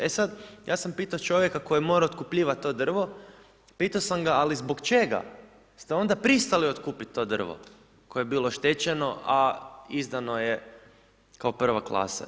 E sad, ja sam pitao čovjeka koji je morao otkupljivati to drvo, pitao sam ali zbog čega ste onda pristali otkupiti to drvo koje je bilo oštećeno a izdano kao I. klasa.